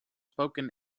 spoken